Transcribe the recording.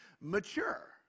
mature